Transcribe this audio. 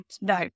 No